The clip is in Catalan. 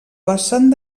vessant